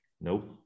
Nope